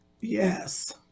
Yes